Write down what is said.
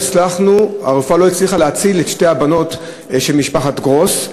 שהרפואה לא הצליחה להציל את שתי הבנות של משפחת גרוס.